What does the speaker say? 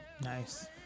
Nice